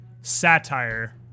satire